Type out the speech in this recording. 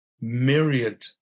myriad